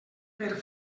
per